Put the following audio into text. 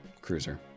cruiser